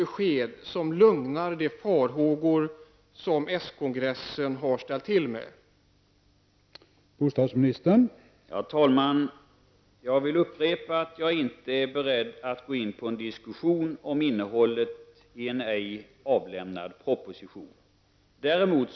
Avser regeringen att lägga fram förslag om hembud i enlighet med den socialdemokratiska partikongressens beslut?